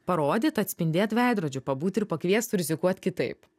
parodyt atspindėt veidrodžiu pabūt ir pakviest surizikuot kitaip